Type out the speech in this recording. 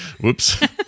Whoops